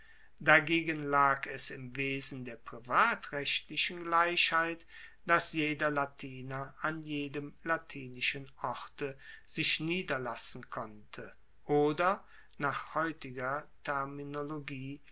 dagegen lag es im wesen der privatrechtlichen gleichheit dass jeder latiner an jedem latinischen orte sich niederlassen konnte oder nach heutiger terminologie